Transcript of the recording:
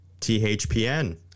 THPN